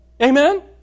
Amen